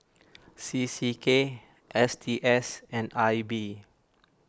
C C K S T S and I B